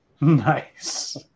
Nice